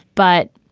but,